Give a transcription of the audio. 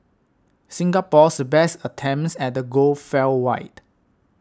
Singapore's best attempts at the goal fell wide